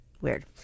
weird